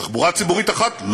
תחבורה ציבורית אחת?